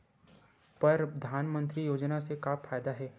परधानमंतरी योजना से का फ़ायदा हे?